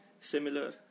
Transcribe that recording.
similar